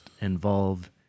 involve